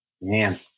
Man